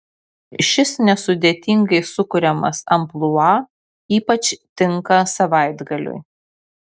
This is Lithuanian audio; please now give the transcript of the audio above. šis nesudėtingai sukuriamas amplua ypač tinka savaitgaliui